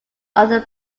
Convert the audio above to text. other